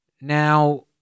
Now